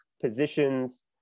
positions